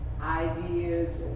ideas